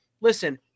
listen